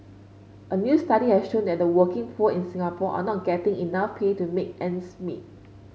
a new study has shown that the working poor in Singapore are not getting enough pay to make ends meet